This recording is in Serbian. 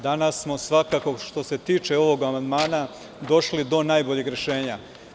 Danas smo svakako, što se tiče ovog amandmana, došli do najboljeg rešenja.